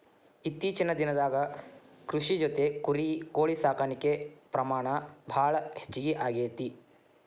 ಇತ್ತೇಚಿನ ದಿನದಾಗ ಕೃಷಿ ಜೊತಿ ಕುರಿ, ಕೋಳಿ ಸಾಕಾಣಿಕೆ ಪ್ರಮಾಣ ಭಾಳ ಹೆಚಗಿ ಆಗೆತಿ